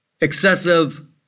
excessive